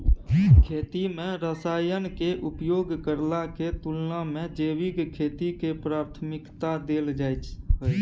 खेती में रसायन के उपयोग करला के तुलना में जैविक खेती के प्राथमिकता दैल जाय हय